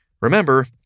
Remember